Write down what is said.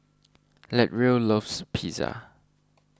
Latrell loves Pizza